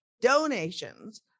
Donations